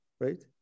right